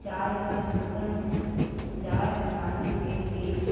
چائے کا برتن چائے بنانے کے لیے